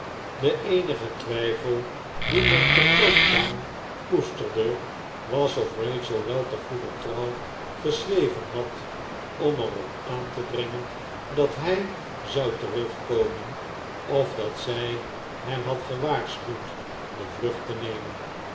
de eenige twijfel dien men te cok etown koesterde was of rachel wel te goeder trouw geschreven had om er op aan te dringen dat hij zou terugkomen of dat zij hem had gewaarschuwd de vlucht te nemen